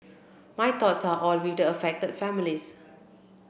my thoughts are all built affected families